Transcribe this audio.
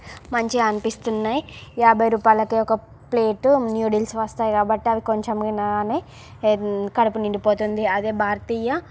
మంచిగా అనిపిస్తున్నాయి యాభై రూపాయలకే ఒక ప్లేట్ నూడిల్స్ వస్తాయి కాబట్టి అవి కొంచెం తినగానే కడుపు నిండిపోతుంది అదే భారతీయ